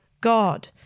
God